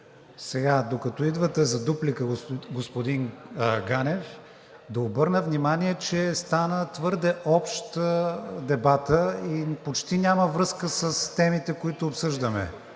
Докато идвате за дуплика, господин Ганев, да обърна внимание, че стана твърде общ дебатът и почти няма връзка с темите, които обсъждаме,